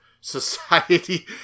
society